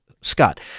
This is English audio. scott